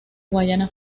guayana